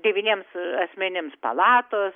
devyniems asmenims palatos